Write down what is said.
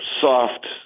soft